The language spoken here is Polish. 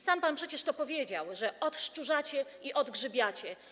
Sam pan przecież powiedział, że odszczurzacie i odgrzybiacie.